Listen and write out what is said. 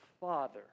Father